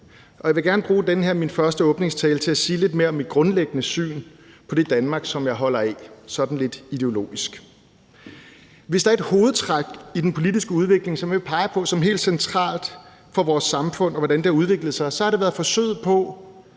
Jeg vil gerne bruge den her, min første åbningstale, til at sige lidt mere om mit grundlæggende syn på det Danmark, som jeg holder af, sådan lidt ideologisk. Hvis der er et hovedtræk i den politiske udvikling, som jeg vil pege på som helt centralt for vores samfund, og hvordan det har udviklet sig, så har det været forsøget på